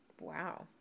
wow